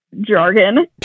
jargon